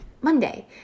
Monday